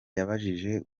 yabajije